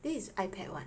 this is Ipad what